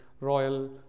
Royal